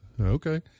Okay